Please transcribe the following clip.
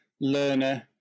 learner